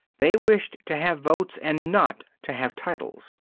they wished to have votes and not to have titles.